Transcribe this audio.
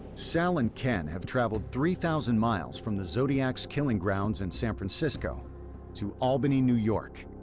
sal and ken have traveled three thousand miles from the zodiac's killing grounds in san francisco to albany, new york.